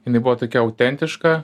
jinai buvo tokia autentiška